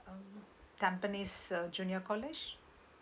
tampines uh junior college